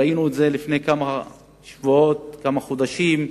ראינו את זה לפני כמה שבועות וכמה חודשים,